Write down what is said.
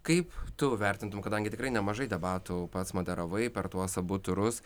kaip tu vertintum kadangi tikrai nemažai debatų pats moderavai per tuos abu turus